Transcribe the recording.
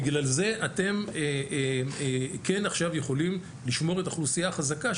בגלל זה אתם עכשיו יכולים לשמור את האוכלוסייה החזקה,